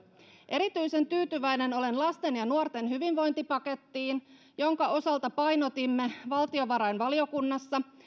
erityisen tyytyväinen olen lasten ja nuorten hyvinvointipakettiin jonka osalta painotimme valtiovarainvaliokunnassa